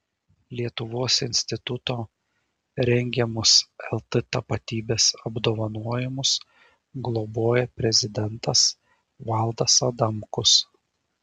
lietuvos instituto rengiamus lt tapatybės apdovanojimus globoja prezidentas valdas adamkus